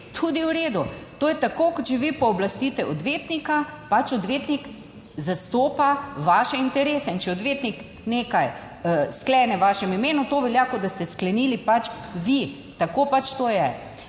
tudi v redu. To je tako kot če vi pooblastite odvetnika, pač odvetnik zastopa vaše interese in če odvetnik nekaj sklene v vašem imenu, to velja kot da ste sklenili pač vi, tako pač to je.